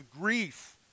grief